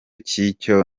cy’icyo